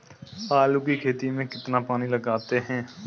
आलू की खेती में कितना पानी लगाते हैं?